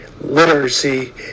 literacy